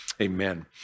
amen